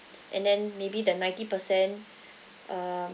and then maybe the ninety percent um